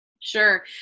Sure